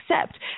accept